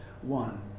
One